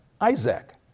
Isaac